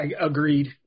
agreed